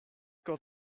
quand